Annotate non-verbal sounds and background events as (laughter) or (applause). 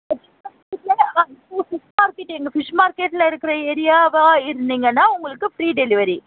fish market (unintelligible) ஆ fish market எங்கள் fish மார்க்கெட்டில் இருக்கிற ஏரியாவாக இருந்தீங்கனா உங்களுக்கு ப்ரீ டெலிவரி